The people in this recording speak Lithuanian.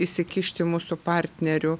įsikišti mūsų partnerių